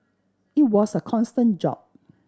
it was a constant job